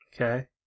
Okay